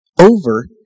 Over